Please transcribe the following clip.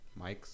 mics